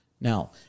Now